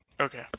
Okay